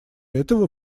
этого